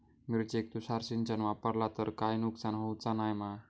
मिरचेक तुषार सिंचन वापरला तर काय नुकसान होऊचा नाय मा?